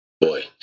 Boy